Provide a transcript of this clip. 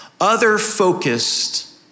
other-focused